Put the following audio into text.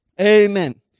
Amen